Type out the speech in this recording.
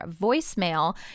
voicemail